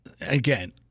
again